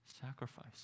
sacrifice